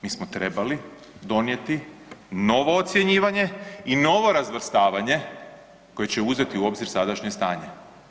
Mi smo trebali donijeti novo ocjenjivanje i novo razvrstavanje koje će uzeti u obzir sadašnje stanje.